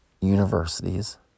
universities